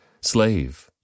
slave